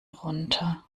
runter